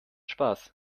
spaß